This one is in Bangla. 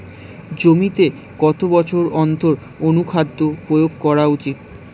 জমিতে কত বছর অন্তর অনুখাদ্য প্রয়োগ করা উচিৎ?